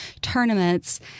tournaments